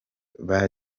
nkunda